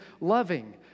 loving